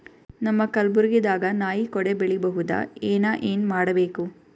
ನಮ್ಮ ಕಲಬುರ್ಗಿ ದಾಗ ನಾಯಿ ಕೊಡೆ ಬೆಳಿ ಬಹುದಾ, ಏನ ಏನ್ ಮಾಡಬೇಕು?